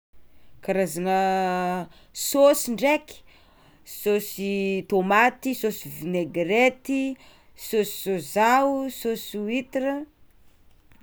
Karazagna saosy ndraiky, saosy tômaty, saosy vinegrety, saosy sôza, saosy huitra.